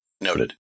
Noted